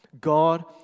God